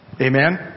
Amen